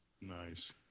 nice